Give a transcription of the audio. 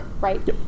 Right